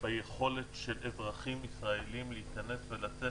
ביכולת של אזרחים ישראלים להיכנס ולצאת